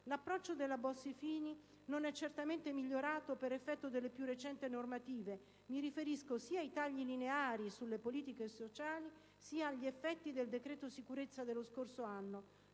cosiddetta legge Bossi‑Fini non è certamente migliorato per effetto delle più recenti normative. Mi riferisco sia ai tagli lineari sulle politiche sociali, sia agli effetti del decreto-legge sicurezza dello scorso anno: